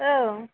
औ